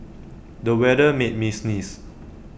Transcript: the weather made me sneeze